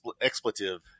expletive